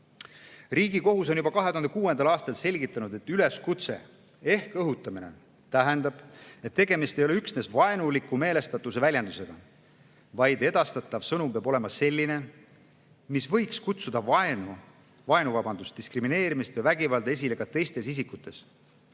Riigikohus on juba 2006. aastal selgitanud, et üleskutse ehk õhutamine tähendab, et tegemist ei ole üksnes vaenuliku meelestatuse väljendusega, vaid edastatav sõnum peab olema selline, mis võib kutsuda vaenu, diskrimineerimist või vägivalda esile ka teistes isikutes,